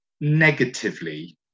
negatively